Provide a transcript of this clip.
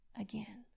again